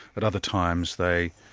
at other times they